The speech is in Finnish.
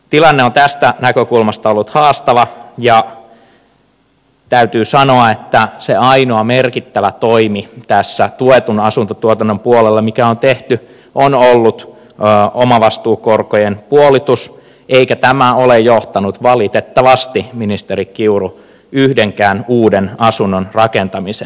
tilanne on tästä näkökulmasta ollut haastava ja täytyy sanoa että se ainoa merkittävä toimi mikä on tehty tässä tuetun asuntotuotannon puolella on ollut omavastuukorkojen puolitus eikä tämä ole johtanut valitettavasti ministeri kiuru yhdenkään uuden asunnon rakentamiseen